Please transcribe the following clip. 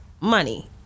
money